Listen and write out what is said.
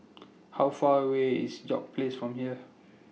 How Far away IS York Place from here